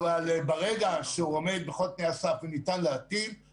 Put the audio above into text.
אבל ברגע שהוא עומד בכל תנאי הסף וניתן להטיל,